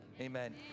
Amen